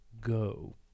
go